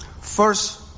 First